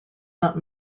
not